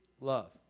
love